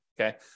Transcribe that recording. okay